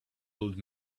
old